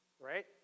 right